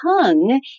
tongue